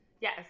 Yes